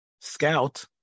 Scout